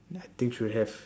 I think should have